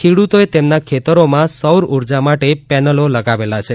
ખેડૂતોએ તેમના ખેતરોમાં સૌરઉર્જા માટે પેનલો લગાવેલ છે